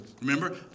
Remember